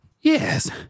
Yes